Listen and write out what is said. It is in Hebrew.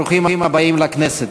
ברוכים הבאים לכנסת.